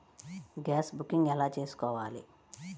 Gas booking ఎలా చేసుకోవాలి?